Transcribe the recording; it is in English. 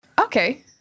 Okay